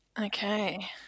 Okay